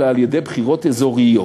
אלא על-ידי בחירות אזוריות,